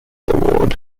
award